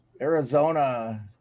Arizona